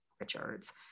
Richards